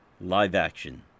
live-action